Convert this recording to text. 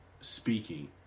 speaking